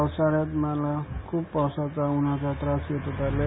पावसाळ्यात मला खूप पावसाचा उन्हाचा त्रास होत होता लय